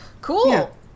Cool